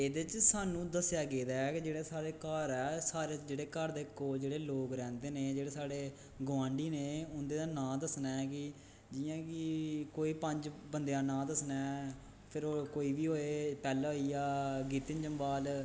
एह्दे च साह्नू दसेआ गेदा ऐ कि जेह्ड़ा साढ़ा घर ऐ सारे जेह्ड़े घर दे कोल लोग रैंह्दै नै गोआंडी ने उंदा नांऽ दस्सना ऐ कि इयां कि कोई पंज बंदें दा नां दस्सना ऐ फिर ओह् कोई बी होईया पैह्ला होईया गितिन जम्बाल